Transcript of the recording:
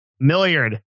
Milliard